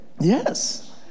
yes